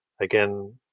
Again